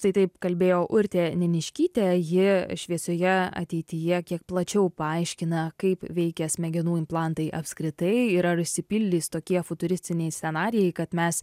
tai taip kalbėjo urtė neniškytė ji šviesioje ateityje kiek plačiau paaiškina kaip veikia smegenų implantai apskritai ir ar išsipildys tokie futuristiniai scenarijai kad mes